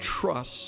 Trust